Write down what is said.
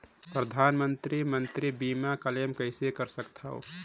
परधानमंतरी मंतरी बीमा क्लेम कइसे कर सकथव?